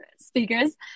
speakers